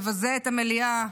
מבזה את המליאה,